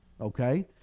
okay